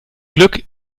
glück